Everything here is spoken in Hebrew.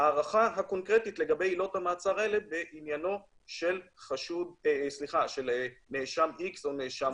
הערכה הקונקרטית לגבי עילות המעצר האלה בעניינו של נאשם איקס או וואי.